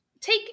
take